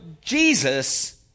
Jesus